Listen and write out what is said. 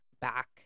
back